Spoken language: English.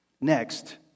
Next